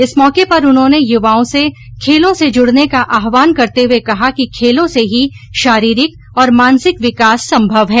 इस मौके पर उन्होंने युवाओं से खेलों से जुड़ने का आहवान करते हुए कहा कि खेलों से ही शारीरिक और मानसिक विकास संभव है